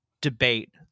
debate